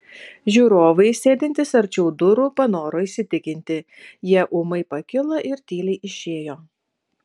žiūrovai sėdintys arčiau durų panoro įsitikinti jie ūmai pakilo ir tyliai išėjo